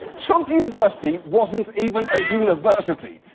trump university wasn't even a university.